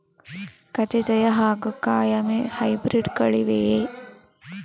ಕಜೆ ಜಯ ಹಾಗೂ ಕಾಯಮೆ ಹೈಬ್ರಿಡ್ ಗಳಿವೆಯೇ?